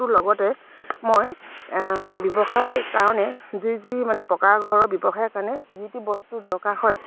টোৰ লগতে মই ব্যৱসায়ৰ কাৰণে যি যি মানে পকা ঘৰৰ ব্যৱসায়ৰ কাৰণে যিটো বস্তুৰ দৰকাৰ হয়